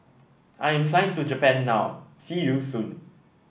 I am flying to Japan now see you soon